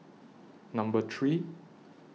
Number three